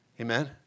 amen